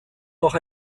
noch